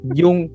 yung